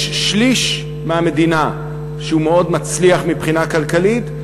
יש שליש מהמדינה שמאוד מצליח מבחינה כלכלית,